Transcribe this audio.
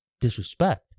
disrespect